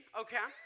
okay